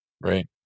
Right